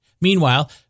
Meanwhile